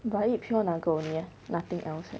but I eat pure nugget only eh nothing else eh